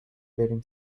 بریم